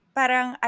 parang